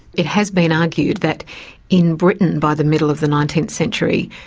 it has been argued that in britain, by the middle of the nineteenth century,